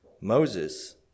Moses